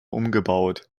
umgebaut